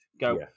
go